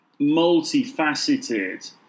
multifaceted